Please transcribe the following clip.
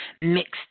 mixed